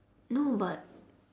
no but